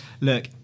Look